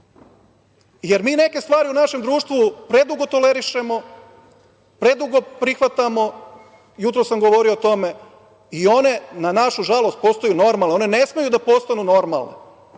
jer mi neke stvari u našem društvu predugo tolerišemo, predugo prihvatamo, jutros sam govorio o tome, i one na našu žalost postaju normalne. One ne smeju da postanu normalne,